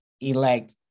elect